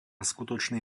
skutočný